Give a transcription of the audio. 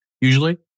usually